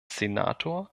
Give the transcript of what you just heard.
senator